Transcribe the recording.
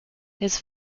his